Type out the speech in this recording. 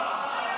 לא.